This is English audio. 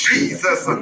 Jesus